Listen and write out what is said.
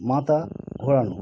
মাথা ঘোরানো